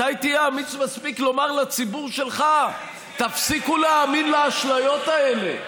מתי תהיה אמיץ מספיק לומר לציבור שלך: תפסיקו להאמין לאשליות האלה?